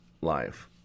life